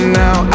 now